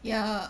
ya